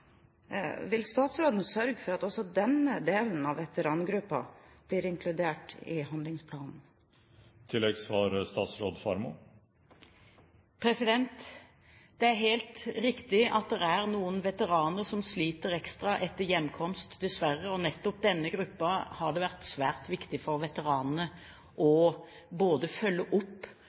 Vil statsråden sørge for at også denne delen av veterangruppen blir inkludert i handlingsplanen? Det er helt riktig at det er noen veteraner som sliter ekstra etter hjemkomst – dessverre. Nettopp denne gruppen har det vært svært viktig blant veteranene å følge opp,